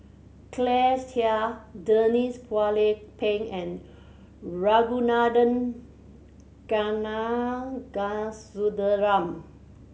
Claire Chiang Denise Phua Lay Peng and Ragunathar Kanagasuntheram